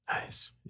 Nice